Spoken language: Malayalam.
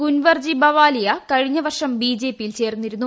കുൻവർജി ബവാലിയ കഴിഞ്ഞ വർഷം ബിജെപിയിൽ ചേർന്നിരുന്നു